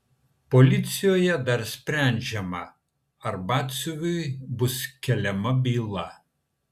policijoje dar sprendžiama ar batsiuviui bus keliama byla